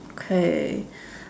okay